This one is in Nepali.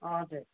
हजुर